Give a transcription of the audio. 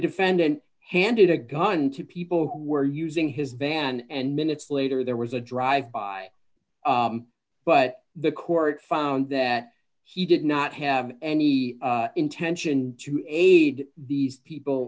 defendant handed a gun to people who were using his van and minutes later there was a drive by but the court found that he did not have any intention to aid these people